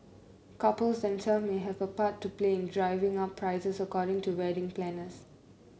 couples themselves may have a part to play in driving up prices according to wedding planners